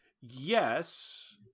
Yes